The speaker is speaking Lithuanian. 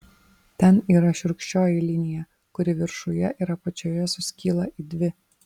ten yra šiurkščioji linija kuri viršuje ir apačioje suskyla į dvi